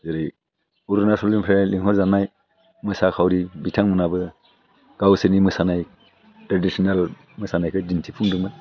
जेरै अरुणाचलनिफ्राय लेंहरजानाय मोसाखावरि बिथांमोनहाबो गावसोरनि मोसानाय ट्रेडिचेनेल मोसानायखौ दिन्थिफुंदोंमोन